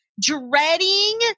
dreading